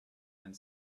and